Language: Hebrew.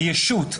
בישות,